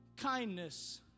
kindness